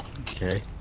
okay